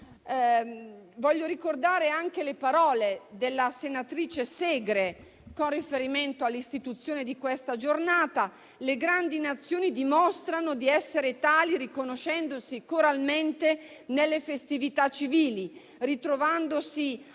Voglio ricordare le parole della senatrice Segre con riferimento all'istituzione di questa giornata: «le grandi Nazioni, poi, dimostrano di essere tali riconoscendosi coralmente nelle festività civili, ritrovandosi